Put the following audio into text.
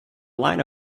line